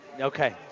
Okay